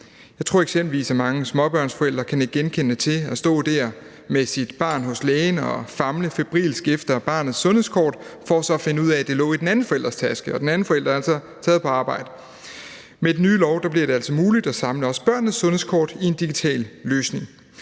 Jeg tror eksempelvis, at mange småbørnsforældre kan nikke genkendende til at stå der med sit barn hos lægen og famle febrilsk efter barnets sundhedskort for så at finde ud af, at det lå i den anden forælders taske, og at den anden forælder er taget på arbejde. Med den nye lov bliver det altså muligt at samle også børnenes sundhedskort i en digital løsning.